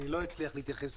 אני לא אצליח להתייחס